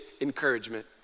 encouragement